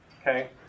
Okay